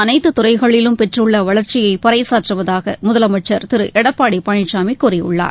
அளைத்துத்துறைகளிலும் பெற்றுள்ள வளர்ச்சியை பறைசாற்றுவதாக முதலமைச்சர் திரு எடப்பாடி பழனிசாமி கூறியுள்ளார்